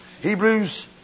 Hebrews